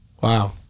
Wow